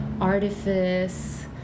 artifice